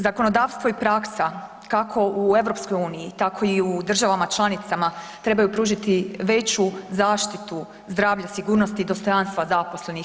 Zakonodavstvo i praksa kako u EU, tako i u državama članicama trebaju pružiti veću zaštitu zdravlja, sigurnosti i dostojanstva zaposlenih.